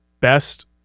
best